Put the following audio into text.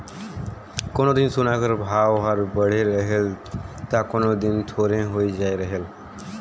कोनो दिन सोना कर भाव हर बढ़े रहेल ता कोनो दिन थोरहें होए जाए रहेल